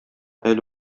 әле